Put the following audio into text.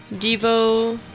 Devo